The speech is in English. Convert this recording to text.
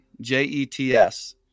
J-E-T-S